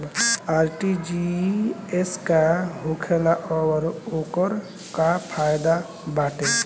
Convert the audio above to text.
RTGS का होखेला और ओकर का फाइदा बाटे?